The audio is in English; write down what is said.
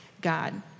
God